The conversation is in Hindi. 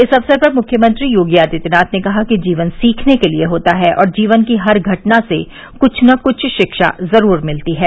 इस अवसर पर मुख्यमंत्री योगी आदित्यनाथ ने कहा कि जीवन सीखर्न के लिये होता है और जीवन की हर घटना से कुछ न कुछ शिक्षा जरूर मिलती है